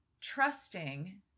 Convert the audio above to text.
trusting